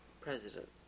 President